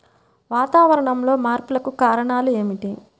వాతావరణంలో మార్పులకు కారణాలు ఏమిటి?